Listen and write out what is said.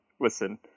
Listen